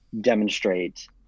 demonstrate